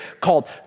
called